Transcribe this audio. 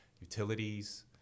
utilities